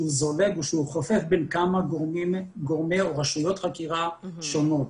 זולג וחופף בין כמה גורמי או רשויות חקירה שונות,